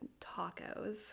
tacos